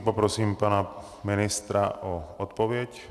Poprosím pana ministra o odpověď.